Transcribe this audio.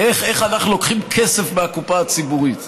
איך אנחנו לוקחים כסף מהקופה הציבורית?